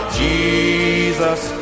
jesus